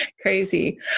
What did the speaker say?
crazy